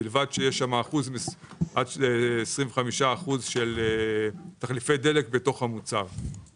ובלבד שיהיה עד 25% של תחליפי דלק בתוך המוצר.